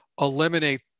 eliminate